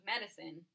medicine